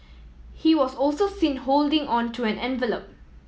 he was also seen holding on to an envelop